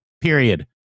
period